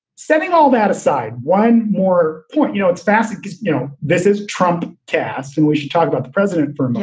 setting all that aside. one more point. you know, it's fazekas. you know this is trump cast. and we should talk about the president for.